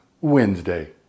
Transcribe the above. Wednesday